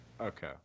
okay